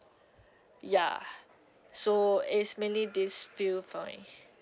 ya so it's mainly these few point